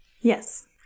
Yes